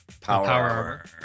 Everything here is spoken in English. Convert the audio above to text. power